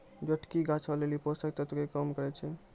जोटकी गाछो लेली पोषक तत्वो के काम करै छै